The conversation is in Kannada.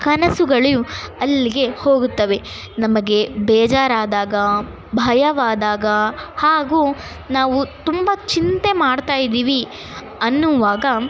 ಕನಸುಗಳು ಅಲ್ಲಿಗೆ ಹೋಗುತ್ತವೆ ನಮಗೆ ಬೇಜಾರಾದಾಗ ಭಯವಾದಾಗ ಹಾಗೂ ನಾವು ತುಂಬ ಚಿಂತೆ ಮಾಡ್ತಾಯಿದ್ದೀವಿ ಅನ್ನುವಾಗ